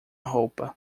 roupa